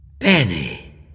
Benny